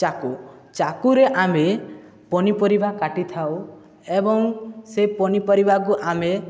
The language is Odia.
ଚାକୁ ଚାକୁରେ ଆମେ ପନିପରିବା କାଟିଥାଉ ଏବଂ ସେ ପନିପରିବାକୁ ଆମେ